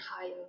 higher